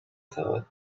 thought